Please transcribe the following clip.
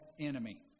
enemy